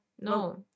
no